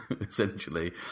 essentially